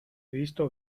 visto